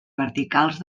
verticals